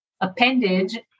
appendage